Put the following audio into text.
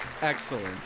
Excellent